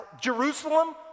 Jerusalem